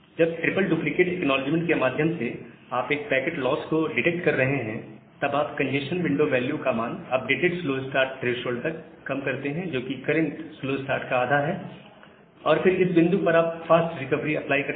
जब triple duplicate acknowledgement के माध्यम से आप एक पैकेट लॉस को डिटेक्ट कर रहे हैं तब आप कंजेस्शन विंडो वैल्यू का मान अपडेटेड स्लो स्टार्ट थ्रेशोल्ड तक कम करते हैं जो कि करंट स्लो स्टार्ट का आधा है और फिर इस बिंदु पर आप फास्ट रिकवरी अप्लाई करते हैं